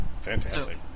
fantastic